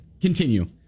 Continue